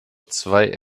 zwei